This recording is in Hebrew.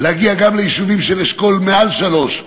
להגיע גם ליישובים של אשכול מעל 3,